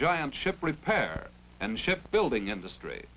giant ship repair and ship building industry